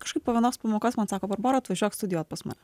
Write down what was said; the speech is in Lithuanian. kažkaip po vienos pamokos man sako barbora atvažiuok studijuot pas mane